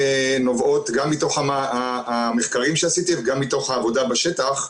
נובעות גם מתוך המחקרים שעשיתי וגם מתוך העבודה בשטח.